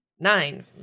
Nine